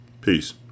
Peace